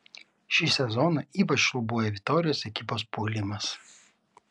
šį sezoną ypač šlubuoja vitorijos ekipos puolimas